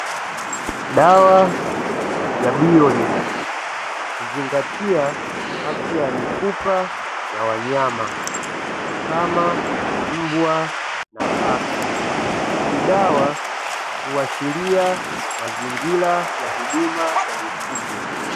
Dawa ya "BIOLINE" huzingatia afya ya mifupa ya wanyama kama, mbwa na paka. Hii dawa huashiria mazingira ya huduma ya mifugo.